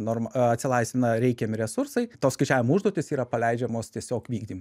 norma atsilaisvina reikiami resursai to skaičiavimo užduotys yra paleidžiamos tiesiog vykdymui